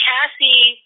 Cassie